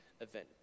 event